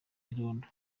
irondo